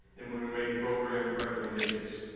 and when we make program recommendations.